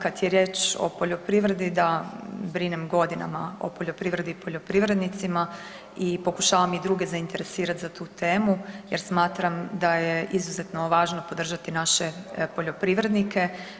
Kad je riječ o poljoprivredi, da, brinem godinama o poljoprivredi i poljoprivrednicima i pokušavam i druge zainteresirati za tu temu jer smatram da je izuzetno važno podržati naše poljoprivrednike.